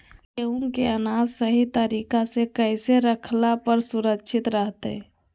गेहूं के अनाज सही तरीका से कैसे रखला पर सुरक्षित रहतय?